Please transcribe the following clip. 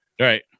Right